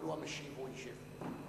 אבל הוא המשיב והוא ישב פה.